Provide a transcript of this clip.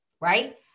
right